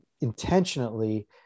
intentionally